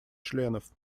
членов